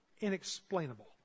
inexplainable